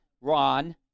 Ron